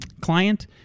client